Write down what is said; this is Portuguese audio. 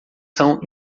são